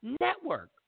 Network